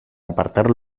apartar